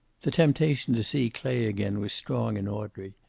the temptation to see clay again was strong in audrey.